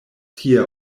tie